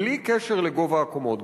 בלי קשר לגובה הקומות,